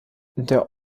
der